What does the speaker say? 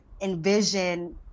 envision